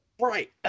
Right